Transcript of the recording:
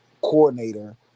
coordinator